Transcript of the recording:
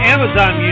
Amazon